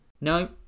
No